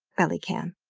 belly can?